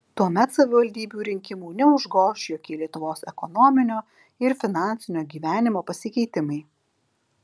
tuomet savivaldybių rinkimų neužgoš jokie lietuvos ekonominio ir finansinio gyvenimo pasikeitimai